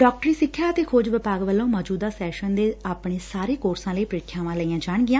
ਡਾਕਟਰੀ ਸੱਖਿਆ ਅਤੇ ਖੋਜ ਵਿਭਾਗ ਵੱਲੋ ਮੌਜੁਦਾ ਸੈਸ਼ਨ ਦੇ ਆਪਣੇ ਸਾਰੇ ਕੋਰਸਾਂ ਲਈ ਪ੍ਰੀਖਿਆਵਾਂ ਲਈਆਂ ਜਾਣਗੀਆਂ